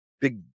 big